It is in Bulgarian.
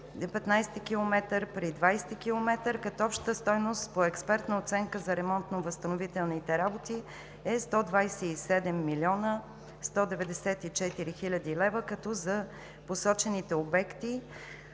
15 и при км 20, като общата стойност при експертната оценка за ремонт на възстановителните работи е 127 млн. 194 хил. лв., като за посочените обекти